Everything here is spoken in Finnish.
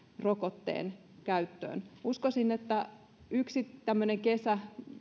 rokotteen käyttöön uskoisin että yksi tämmöinen kesä